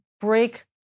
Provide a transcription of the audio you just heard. break